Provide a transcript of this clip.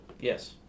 Yes